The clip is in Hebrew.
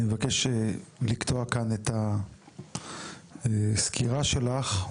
אני מבקש לקטוע כאן את הסקירה שלך.